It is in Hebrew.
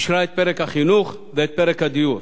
אישרה את פרק החינוך ואת פרק הדיור.